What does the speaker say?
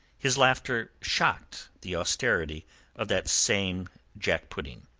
his laughter shocked the austerity of that same jack-pudding.